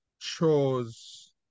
chose